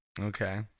Okay